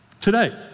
Today